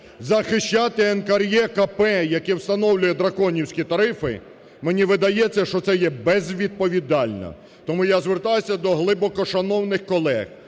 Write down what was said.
захищати НКРЕКП, яке встановлює "драконівські" тарифи, мені видається, що це є безвідповідально. Тому я звертаюсь до глибокошановних колег